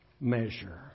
measure